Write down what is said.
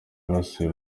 basuye